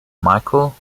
michael